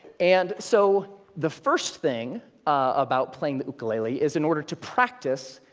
and so the first thing about playing the ukulele is, in order to practice,